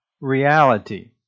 reality